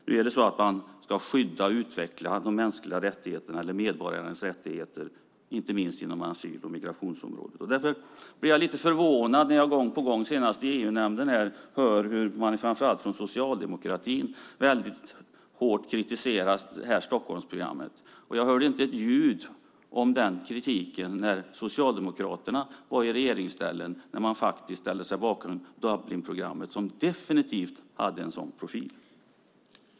Nu ska mänskliga rättigheter, medborgarens rättigheter, skyddas och utvecklas inte minst inom asyl och migrationsområdet. Därför blir jag lite förvånad när jag gång på gång, senast i EU-nämnden, hör hur man framför allt från Socialdemokraterna väldigt hårt kritiserar Stockholmsprogrammet. Jag hörde inte ett ljud om den kritiken när Socialdemokraterna var i regeringsställning och faktiskt ställde sig bakom Dublinprogrammet som definitivt hade en sådan profil.